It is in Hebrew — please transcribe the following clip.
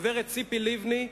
הגברת ציפי לבני.